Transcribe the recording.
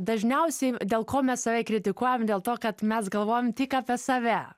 dažniausiai dėl ko mes save kritikuojam dėl to kad mes galvojam tik apie save